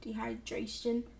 dehydration